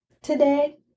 today